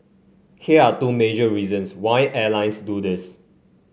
here are two major reasons why airlines do this